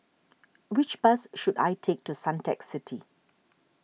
which bus should I take to Suntec City